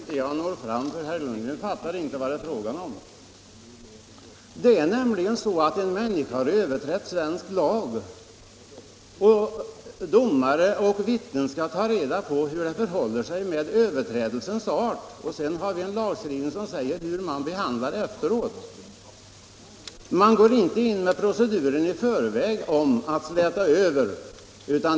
Herr talman! Jag tror inte att jag når fram, för herr Lundgren fattar inte vad det är fråga om. Det är nämligen så att om en människa har överträtt svensk. lag, skall domare och vittnen ta reda på hur det förhåller sig med överträdelsens art. Men man går inte in i förväg med den procedur som innebär att man slätar över.